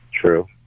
True